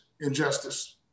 injustice